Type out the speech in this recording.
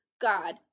God